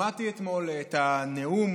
שמעתי אתמול את הנאום